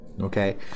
okay